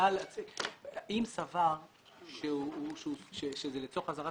אם סבר שזה לצורך אזהרת